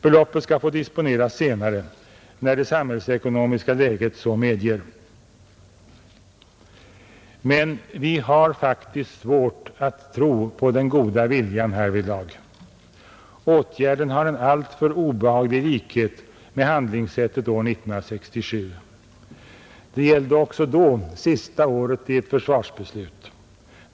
Beloppet skall få disponeras senare, när det samhällsekonomiska läget så medger. Men vi har faktiskt svårt att tro på den goda viljan härvidlag. Åtgärden har en alltför obehaglig likhet med handlingssättet år 1967. Det gällde också då sista året i ett försvarsbeslut.